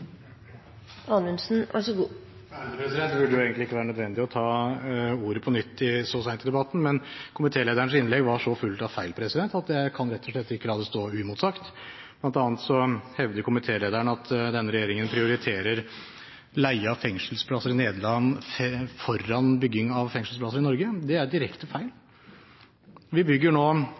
på nytt så sent i debatten, men komitélederens innlegg var så fullt av feil at jeg kan rett og slett ikke la det stå uimotsagt. Blant annet hevder komitélederen at denne regjeringen prioriterer leie av fengselsplasser i Nederland foran bygging av fengselsplasser i Norge. Det er direkte feil. Vi bygger 179 fengselsplasser akkurat nå,